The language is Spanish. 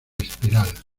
espiral